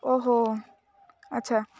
ଓହୋ ଆଚ୍ଛା